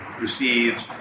receives